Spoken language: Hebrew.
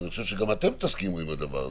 אני חושב שגם אתם תסכימו עם הדבר הזה,